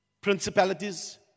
Principalities